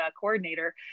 coordinator